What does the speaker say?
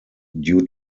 due